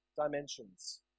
dimensions